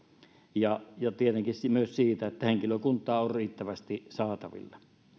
ja tietenkin myös siitä että henkilökuntaa on riittävästi saatavilla